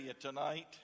tonight